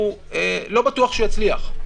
לא בטוח שהוא יצליח,